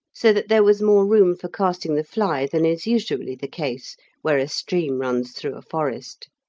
so that there was more room for casting the fly than is usually the case where a stream runs through a forest.